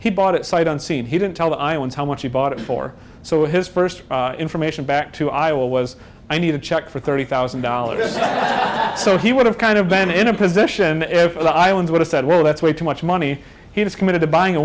he bought it sight unseen he didn't tell the iowans how much he bought it for so his first information back to iowa was i need a check for thirty thousand dollars so he would have kind of been in a position the island would have said well that's way too much money he was committed to buying a